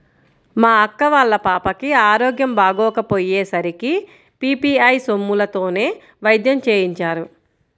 మా అక్క వాళ్ళ పాపకి ఆరోగ్యం బాగోకపొయ్యే సరికి పీ.పీ.ఐ సొమ్ములతోనే వైద్యం చేయించారు